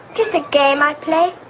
just a game i play